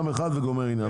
פעם אחת וגומר עניין.